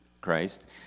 Christ